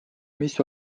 mis